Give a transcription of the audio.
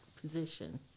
position